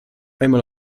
einmal